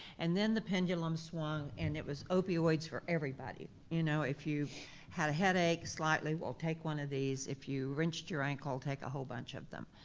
and then the pendulum swung and it was opioids for everybody. you know if you had a headache slightly, well take one of these, if you wrenched your ankle, take a whole bunch of them.